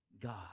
God